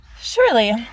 Surely